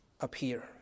appear